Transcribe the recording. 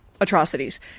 atrocities